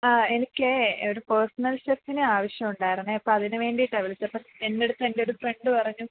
ആ എനിക്ക് ഒരു പേര്സണല് ഷെഫിനെ ആവശ്യമുണ്ടായിരുന്നു അപ്പോള് അതിന് വേണ്ടിയിട്ടാണ് വിളിച്ചത് അപ്പം എൻ്റെയടുത്ത് എൻ്റെ ഒരു ഫ്രണ്ട് പറഞ്ഞു